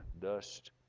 dust